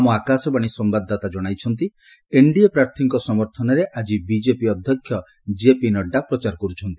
ଆମ ଆକାଶବାଣୀ ସମ୍ଭାଦଦାତା ଜଣାଇଛନ୍ତି ଏନ୍ଡିଏ ପ୍ରାର୍ଥୀଙ୍କ ସମର୍ଥନରେ ଆଜି ବିକେପି ଅଧ୍ୟକ୍ଷ ଜେପି ନଡ୍ଥା ପ୍ରଚାର କରୁଛନ୍ତି